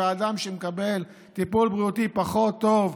ואדם שמקבל טיפול בריאותי פחות טוב,